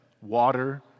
water